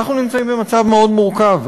אנחנו נמצאים במצב מאוד מורכב,